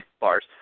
Bars